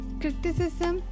criticism